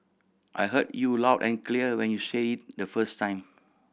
I heard you loud and clear when you said it the first time